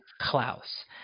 Klaus